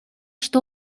что